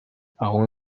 aun